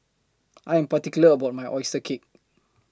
I Am particular about My Oyster Cake